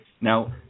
Now